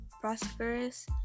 prosperous